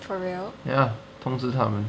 ya 通知他们